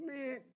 man